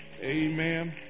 amen